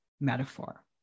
metaphor